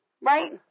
Right